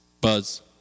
Buzz